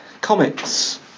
comics